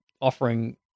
offering